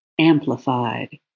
amplified